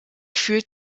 fühlt